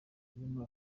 muri